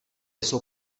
jsou